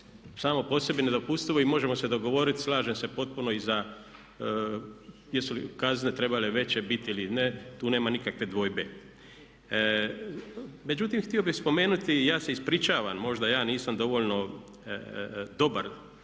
samo po sebi nedopustivo i može se dogovoriti slažem se potpuno i za jesu li kazne trebale veće biti ili ne, tu nema nikakve dvojbe. Međutim, htio bih spomenuti, ja se ispričavam možda ja nisam dovoljno dobar